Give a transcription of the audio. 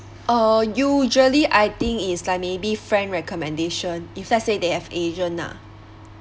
uh usually I think is like maybe friend recommendation if let's say they have agent lah